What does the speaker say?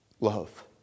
love